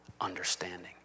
understanding